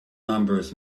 numbers